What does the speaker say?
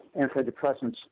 antidepressants